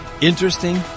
Interesting